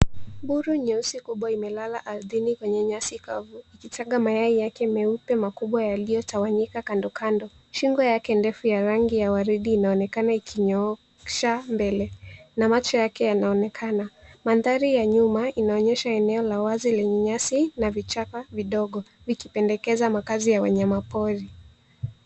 Mbuni nyeusi kubwa imelala ardhini kwenye nyasi kavu, ikitaga mayai yake meupe makubwa yaliyotawanyika kando kando. Shingo yake ndefu ya rangi ya waridi inaonekana ikinyoosha mbele na macho yake yanaonekana. Mandhari ya nyuma inaonyesha eneo la wazi lenye nyasi na vichaka vidogo vikipendekeza makazi ya wanyama pori.